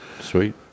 Sweet